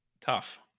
tough